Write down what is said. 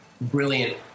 brilliant